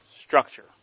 structure